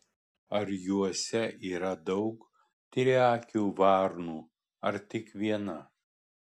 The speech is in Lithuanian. ar juose yra daug triakių varnų ar tik viena